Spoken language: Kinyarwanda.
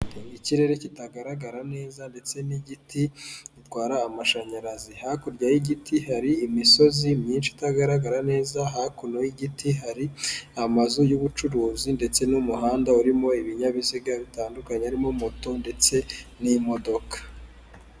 Ikirere kitagaragara neza ndetse n'igiti gitwara amashanyarazi, hakurya y'igiti hari imisozi myinshi itagaragara neza, hakuno y'igiti hari amazu y'ubucuruzi ndetse n'umuhanda urimo ibinyabiziga bitandukanye harimo moto ndetse n'imodoka.